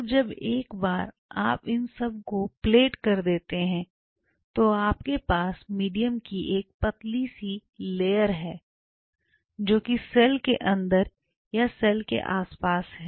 अब जब एक बार आप इन सब को प्लेट कर देते हैं तो आपके पास मीडियम की एक पतली सी लेयर है जो कि सेल के अंदर या और सेल के आसपास है